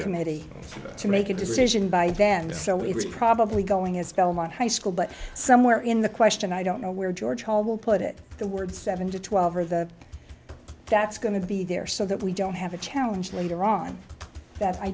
committee to make a decision by then so it's probably going as belmont high school but somewhere in the question i don't know where george hall will put the word seven to twelve or that that's going to be there so that we don't have a challenge later on that i